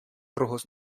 rojos